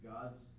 God's